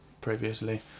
previously